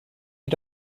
you